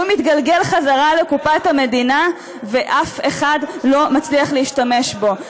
הוא מתגלגל חזרה לקופת המדינה ואף אחד לא מצליח להשתמש בו.